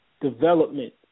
development